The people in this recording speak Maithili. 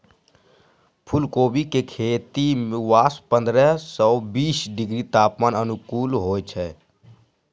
फुलकोबी के खेती वास्तॅ पंद्रह सॅ बीस डिग्री तापमान अनुकूल होय छै